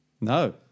no